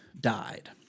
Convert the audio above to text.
died